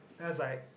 that's I